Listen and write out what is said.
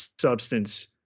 substance